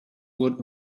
would